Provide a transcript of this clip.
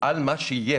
על מה שיש,